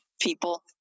people